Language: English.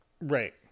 Right